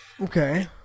Okay